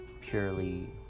purely